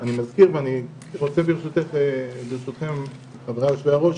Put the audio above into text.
אני מזכיר, ואני רוצה, ברשותכם חבריי היושבי-ראש